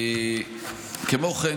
כמו כן,